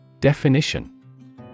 Definition